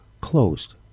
closed